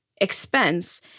expense